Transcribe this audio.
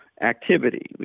activity